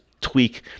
tweak